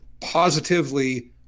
positively